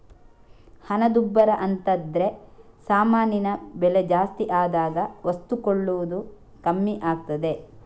ಹಣದುಬ್ಬರ ಅಂತದ್ರೆ ಸಾಮಾನಿನ ಬೆಲೆ ಜಾಸ್ತಿ ಆದಾಗ ವಸ್ತು ಕೊಳ್ಳುವುದು ಕಮ್ಮಿ ಆಗ್ತದೆ